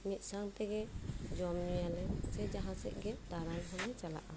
ᱢᱤᱫ ᱥᱟᱣ ᱛᱮᱜᱮ ᱡᱚᱢ ᱧᱩᱭᱟᱞᱮ ᱥᱮ ᱡᱟᱦᱟᱸ ᱥᱮᱫᱜᱮ ᱫᱟᱲᱟᱱ ᱦᱚᱞᱮ ᱪᱟᱞᱟᱜᱼᱟ